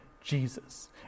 Jesus